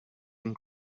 and